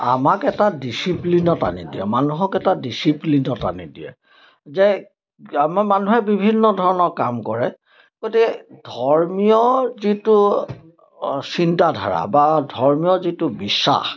আমাক এটা ডিচিপ্লিনত আনি দিয়ে মানুহক এটা ডিচিপ্লিনত আনি দিয়ে যে আমাৰ মানুহে বিভিন্ন ধৰণৰ কাম কৰে গতিকে ধৰ্মীয় যিটো চিন্তাধাৰা বা ধৰ্মীয় যিটো বিশ্বাস